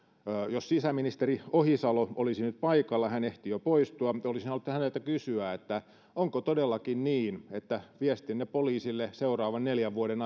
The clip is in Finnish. jos sisäministeri ohisalo olisi nyt paikalla hän ehti jo poistua olisin halunnut häneltä kysyä onko todellakin niin että viestinne poliisille seuraavan neljän vuoden